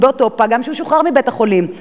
באותו פג גם כשהוא שוחרר מבית-החולים.